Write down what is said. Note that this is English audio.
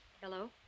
Hello